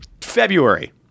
February